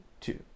two